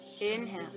Inhale